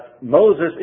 Moses